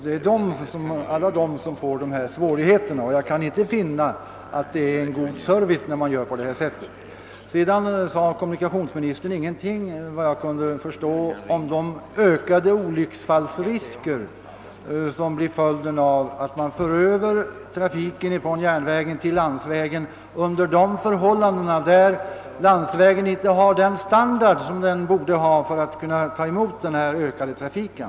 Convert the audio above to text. Det är alla dessa som får dessa svårigheter. Jag kan inte finna att det innebär en god service att göra på det sättet. Vidare sade kommunikationsministern, såvitt jag kunde förstå, ingenting om de ökade olycksfallsrisker som blir följden av att man för över trafiken från järnvägen till landsvägen under förhållanden där landsvägen inte har standard för att kunna ta emot den ökade trafiken.